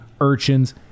urchins